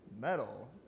metal